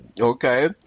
okay